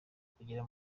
kugera